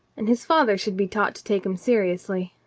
and his father should be taught to take him seriously.